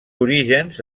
orígens